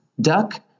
Duck